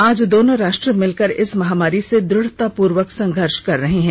आज दोनों राष्ट्र मिलकर इस महामारी से दुढतापूर्वक संघर्ष कर रहे हैं